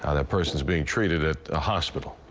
ah that person is being treated at a hospital.